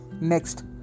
Next